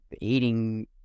eating